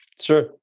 Sure